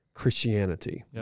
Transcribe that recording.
Christianity